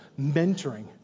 mentoring